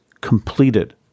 completed